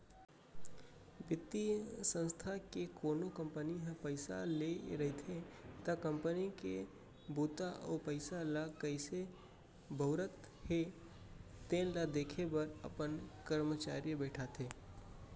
बित्तीय संस्था ले कोनो कंपनी ह पइसा ले रहिथे त कंपनी के बूता अउ पइसा ल कइसे बउरत हे तेन ल देखे बर अपन करमचारी बइठाथे